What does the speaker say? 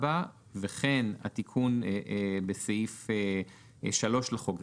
וכן התיקון בסעיף 3 לחוק זה,